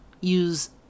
use